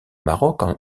maroc